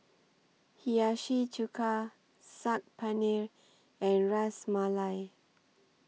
Hiyashi Chuka Saag Paneer and Ras Malai